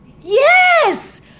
Yes